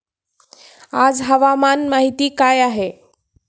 आज हवामान माहिती काय आहे?